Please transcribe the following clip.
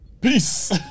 Peace